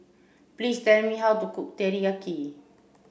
please tell me how to cook Teriyaki